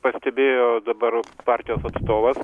pastebėjo dabar partijos atstovas